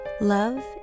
Love